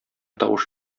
тавыш